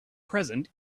present